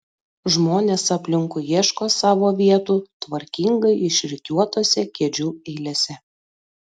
žmonės aplinkui ieško savo vietų tvarkingai išrikiuotose kėdžių eilėse